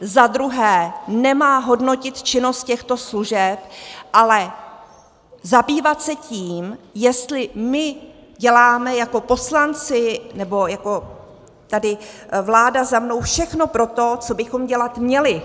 Za druhé, Nemá hodnotit činnost těchto služeb, ale zabývat se tím, jestli my děláme jako poslanci nebo jako tady vláda za mnou všechno pro to, co bychom dělat měli.